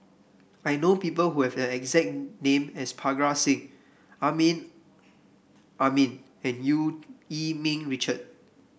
I know people who have the exact name as Parga Singh Amrin Amin and Eu Yee Ming Richard